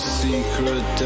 secret